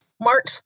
March